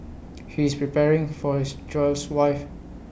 he is preparing for his child's wife